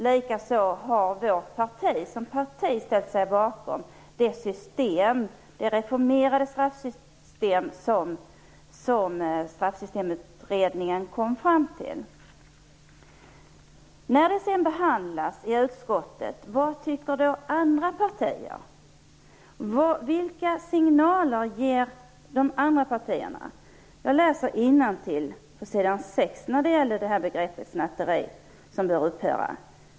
Likaså har vårt parti som parti ställt sig bakom det reformerade straffsystem som Straffsystemutredningen kom fram till. När detta sedan behandlas i utskottet, vad tycker då andra partier? Vilka signaler ger de andra partierna? Jag läser innantill på s. 6 när det gäller begreppet snatteri, som bör upphöra.